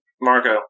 Marco